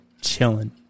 chilling